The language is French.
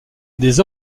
des